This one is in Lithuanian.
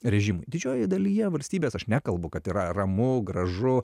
režimui didžiojoje dalyje valstybės aš nekalbu kad yra ramu gražu